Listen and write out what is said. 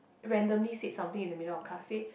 randomly said something in the middle of class say